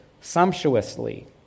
sumptuously